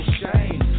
shame